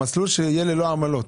שיהיה ללא עמלות.